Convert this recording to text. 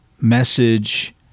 message